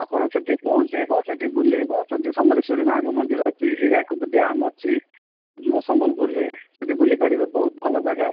ଆପଣଙ୍କୁ ସେଠି ପହଁଚେଇବ ସେଠି ବୁଲେଇବ ସେଠି ସମଲେଶ୍ୱରୀ ମାଙ୍କ ମନ୍ଦିର ଅଛି ହୀରାକୁଦ ଡ଼୍ୟାମ୍ ଅଛି ସମ୍ବଲପୁର ରେ ସେଠି ବୁଲି ପାରିବେ ବହୁତ ଭଲ ଜାଗା